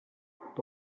but